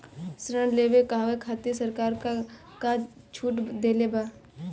ऋण लेवे कहवा खातिर सरकार का का छूट देले बा?